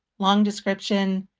long description,